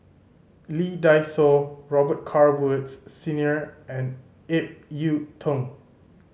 Lee Dai Soh Robet Carr Woods Senior and Ip Yiu Tung